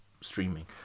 streaming